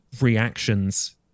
reactions